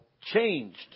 changed